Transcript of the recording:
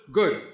good